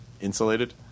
insulated